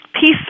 peace